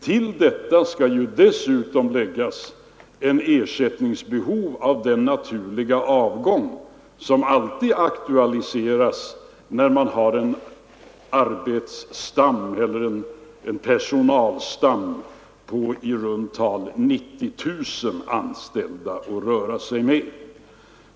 Till detta skall dessutom läggas ett ersättningsbehov för den naturliga avgång av personal som alltid aktualiseras när man har en personalstam på i runt tal 90 000 anställda att röra sig med.